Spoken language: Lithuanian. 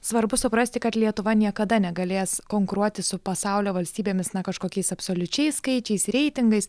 svarbu suprasti kad lietuva niekada negalės konkuruoti su pasaulio valstybėmis na kažkokiais absoliučiais skaičiais reitingais